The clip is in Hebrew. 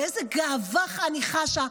איזו גאווה אני חשה.